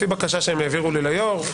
לפי בקשה שהם העבירו ליו"ר,